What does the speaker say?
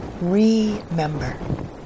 remember